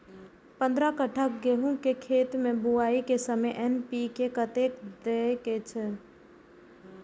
पंद्रह कट्ठा गेहूं के खेत मे बुआई के समय एन.पी.के कतेक दे के छे?